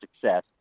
success